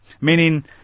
meaning